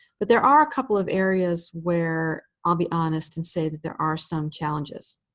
but there are a couple of areas where i'll be honest and say that there are some challenges.